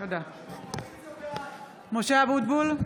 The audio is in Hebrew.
(קוראת בשמות חברי הכנסת) משה אבוטבול,